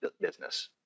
business